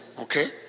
okay